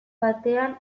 batean